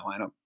lineup